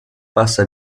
passa